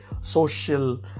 social